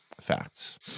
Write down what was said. facts